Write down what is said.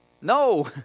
No